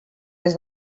des